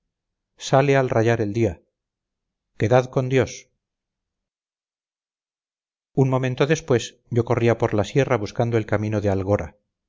sale al rayar el día quedad con dios un momento después yo corría por la sierra buscando el camino de algora